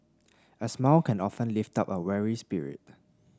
a smile can often lift up a weary spirit